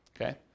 okay